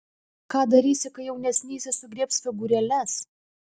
ką darysi kai jaunesnysis sugriebs figūrėles